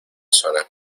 zona